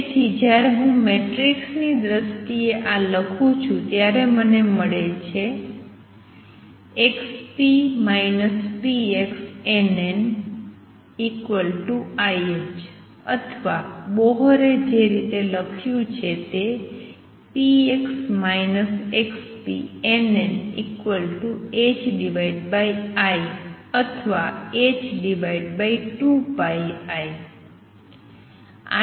તેથી જ્યારે હું મેટ્રિક્સ ની દ્રષ્ટિએ આ લખું છું ત્યારે મને મળે છે n n ih અથવા બોહરે જે રીતે લખ્યું છે તે n n i અથવા h2πi